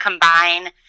combine